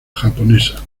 japonesa